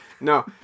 No